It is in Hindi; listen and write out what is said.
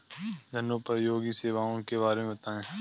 जनोपयोगी सेवाओं के बारे में बताएँ?